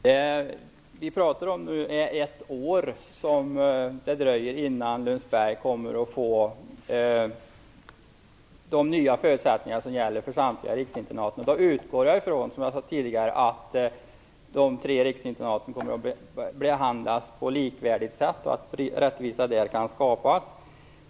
Herr talman! Vi talar nu om ett år, som det dröjer innan Lundsberg får de nya förutsättningar som gäller för samtliga riksinternat. Då utgår jag ifrån, som jag tidigare sade, att de tre riksinternaten kommer att behandlas på likvärdigt sätt och att rättvisa där kan skapas.